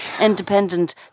Independent